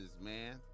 man